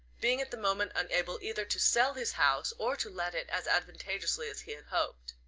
being at the moment unable either to sell his house or to let it as advantageously as he had hoped.